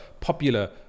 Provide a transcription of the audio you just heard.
popular